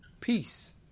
peace